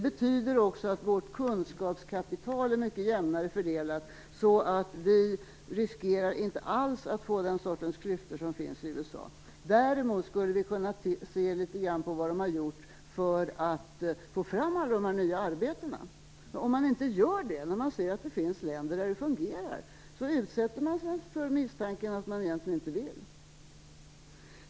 Vårt kunskapskapital är mycket jämnare fördelat, så vi riskerar inte alls att få den sortens klyftor som finns i USA. Däremot skulle vi kunna se litet grand på vad de har gjort där för att få fram alla dessa nya arbeten. Om man inte gör det, när man ser att det finns länder där det fungerar, utsätter man sig för misstanken att man egentligen inte vill.